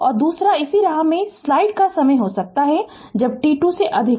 और दूसरा इसी राह में स्लाइड का समय हो सकता है जब t 2 से अधिक हो